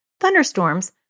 thunderstorms